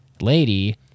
lady